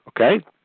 Okay